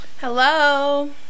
Hello